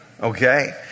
okay